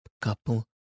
couple